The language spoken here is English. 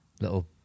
little